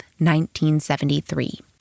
1973